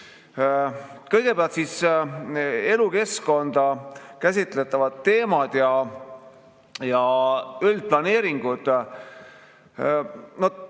Kõigepealt elukeskkonda käsitlevad teemad ja üldplaneeringud.